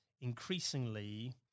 increasingly